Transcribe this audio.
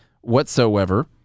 whatsoever